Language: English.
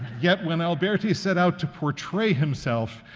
yet when alberti set out to portray himself,